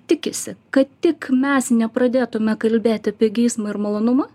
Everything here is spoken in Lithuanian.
tikisi kad tik mes nepradėtume kalbėti apie geismą ir malonumą